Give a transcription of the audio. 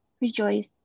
rejoice